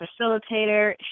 facilitator